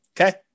Okay